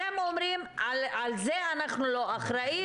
אתם אומרים על זה אנחנו לא אחראים,